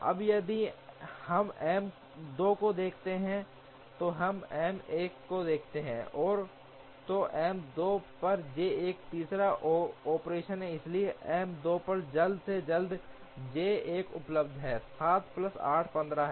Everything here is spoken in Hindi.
अब यदि हम M 2 को देखते हैं और हम J 1 को देखते हैं तो M 2 पर J 1 तीसरा ऑपरेशन है इसलिए M 2 पर जल्द से जल्द J 1 उपलब्ध है 7 प्लस 8 15 है